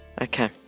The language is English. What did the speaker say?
Okay